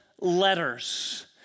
letters